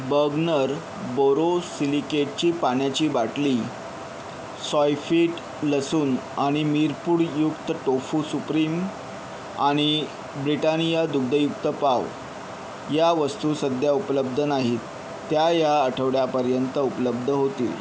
Bergner बोरोसिलिकेटची पाण्याची बाटली सॉयफिट लसूण आणि मिरपूडयुक्त टोफू सुप्रीम आणि ब्रिटानिया दुग्धयुक्त पाव या वस्तू सध्या उपलब्ध नाहीत त्या ह्या आठवड्यापर्यंत उपलब्ध होतील